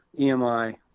EMI